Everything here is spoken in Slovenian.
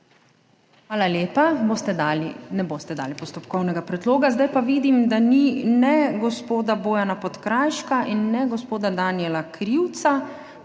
dali? Ne boste dali postopkovnega predloga. Zdaj pa vidim, da ni ne gospoda Bojana Podkrajška in ne gospoda Danijela Krivca,